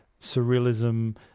surrealism